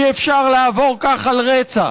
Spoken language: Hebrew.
אי-אפשר לעבור כך על רצח,